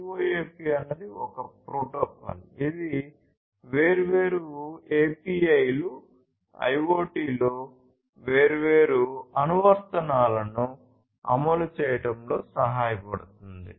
CoAP అనేది ఒక protocol ఇది వేర్వేరు API లు IoT లో వేర్వేరు అనువర్తనాలను అమలు చేయడంలో సహాయపడుతుంది